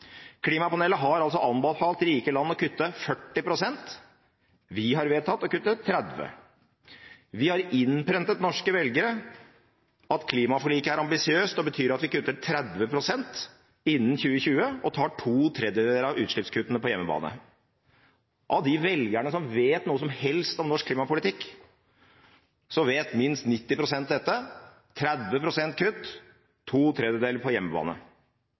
Klimapanelet har altså anbefalt rike land å kutte 40 pst. Vi har vedtatt å kutte 30 pst. Vi har innprentet norske velgere at klimaforliket er ambisiøst og betyr at vi kutter 30 pst. innen 2020 og tar to tredjedeler av utslippskuttene på hjemmebane. Av de velgerne som vet noe som helst om norsk klimapolitikk, vet minst 90 pst. dette – 30 pst. kutt, to tredjedeler på hjemmebane.